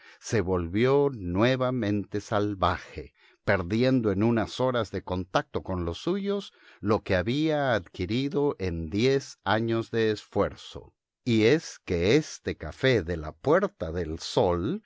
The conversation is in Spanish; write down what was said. se volvió nuevamente salvaje perdiendo en unas horas de contacto con los suyos lo que había adquirido en diez años de esfuerzo y es que este café de la puerta del sol